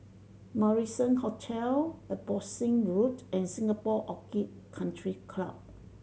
Marrison Hotel Abbotsingh Road and Singapore Orchid Country Club